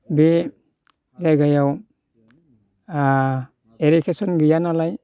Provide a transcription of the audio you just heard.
बे जायगायाव इरिगेसन गैया नालाय